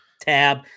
tab